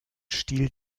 stil